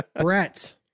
Brett